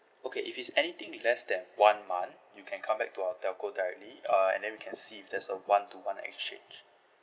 okay if it's anything with less than one month you can come back to our telco directly uh and then we can see if there's a one to one exchange